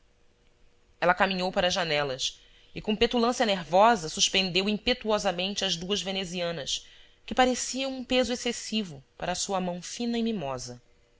ela caminhou para as janelas e com petulância nervosa suspendeu impetuosamente as duas venezianas que pareciam um peso excessivo para sua mão fina e mimosa